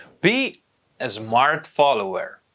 be a smart follower.